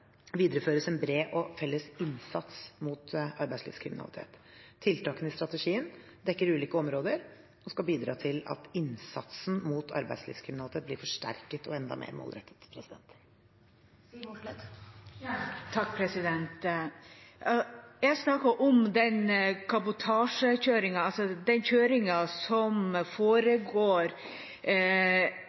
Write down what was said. videreføres en bred og felles innsats mot arbeidslivskriminalitet. Tiltakene i strategien dekker ulike områder og skal bidra til at innsatsen mot arbeidslivskriminalitet blir forsterket og enda mer målrettet.